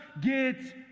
get